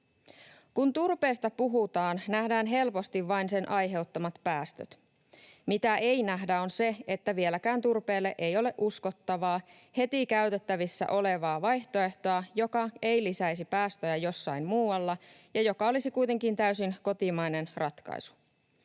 Kun turpeesta puhutaan, nähdään helposti vain sen aiheuttamat päästöt. Mitä ei nähdä, on se, että vieläkään turpeelle ei ole uskottavaa, heti käytettävissä olevaa vaihtoehtoa, joka ei lisäisi päästöjä jossain muualla ja joka olisi kuitenkin täysin kotimainen ratkaisu.